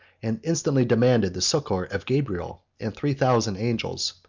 and instantly demanded the succor of gabriel and three thousand angels.